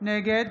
נגד